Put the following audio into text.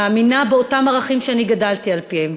מאמינה באותם ערכים שאני גדלתי על-פיהם,